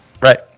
Right